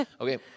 okay